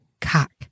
cock